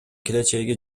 келечеги